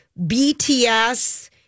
BTS